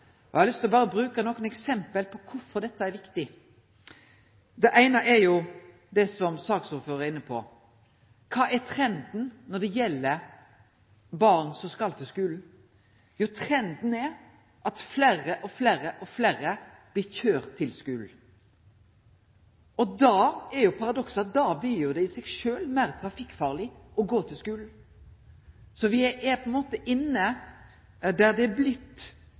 har lyst til berre å kome med nokre eksempel på kvifor dette er viktig. Det eine er det saksordføraren var inne på: Kva er trenden når det gjeld born som skal til skulen? Jo, trenden er at fleire og fleire blir køyrde til skulen. Da er paradokset at det i seg sjølv blir meir trafikkfarleg å gå til skulen. Det har på ein måte blitt slik at me har kome gale ut på det